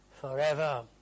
forever